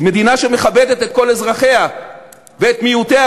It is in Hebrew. מדינה שמכבדת את כל אזרחיה ואת מיעוטיה,